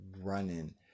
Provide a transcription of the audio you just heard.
running